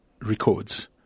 records